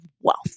wealth